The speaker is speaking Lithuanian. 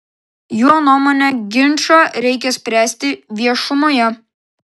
jo nuomone ginčą reikia spręsti viešumoje